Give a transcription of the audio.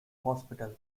hospital